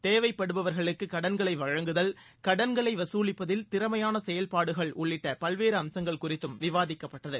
தேவைப்படுபவர்களுக்கு கடன்களை வழங்குதல் கடன்களை வசூலிப்பதில் திறமையான செயல்பாடுகள் உள்ளிட்ட பல்வேறு அம்சங்கள் குறித்தும் விவாதிக்கப்பட்டது